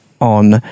on